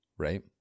right